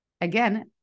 again